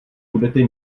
budete